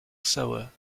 sewer